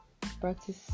practice